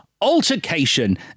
Altercation